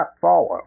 follow